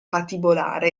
patibolare